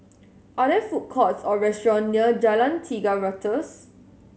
are there food courts or restaurant near Jalan Tiga Ratus